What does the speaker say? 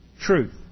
truth